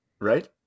right